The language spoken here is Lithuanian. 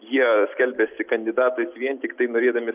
jie skelbiasi kandidatais vien tiktai norėdami